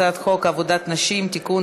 הצעת חוק עבודת נשים (תיקון,